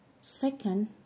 Second